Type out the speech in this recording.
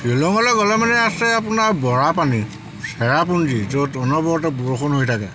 শ্ৱিলঙলৈ গ'লে মানে আছে আপোনাৰ বৰাপানী চেৰাপুঞ্জী য'ত অনবৰতে বৰষুণ হৈ থাকে